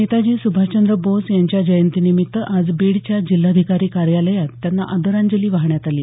नेताजी स्भाषचंद्र बोस यांच्या जयंतीनिमित्त आज बीडच्या जिल्हाधिकारी कार्यालयात त्यांना आदरांजली वाहण्यात आली